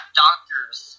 doctor's